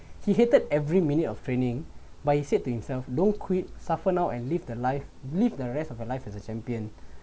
he hated every minute of training but he said to himself no quit suffer now and live the life live the rest of your life as a champion